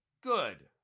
good